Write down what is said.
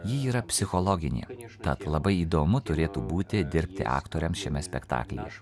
ji yra psichologinė tad labai įdomu turėtų būti dirbti aktoriam šiame spektaklyje